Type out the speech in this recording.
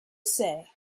say